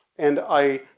and i